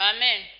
Amen